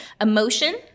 Emotion